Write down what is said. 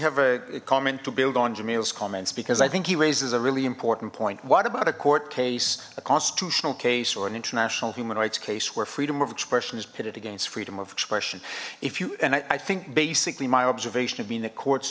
have a comment to build on jameelah's comments because i think he raises a really important point what about a court case a constitutional case or an international human rights case where freedom of expression is pitted against freedom of expression if you and i think basically my observation of being the courts